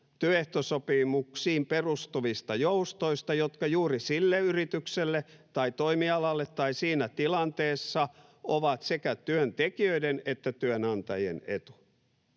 työehtosopimuksiin perustuvista joustoista, jotka juuri sille yritykselle tai toimialalle tai siinä tilanteessa ovat sekä työntekijöiden että työnantajien etu.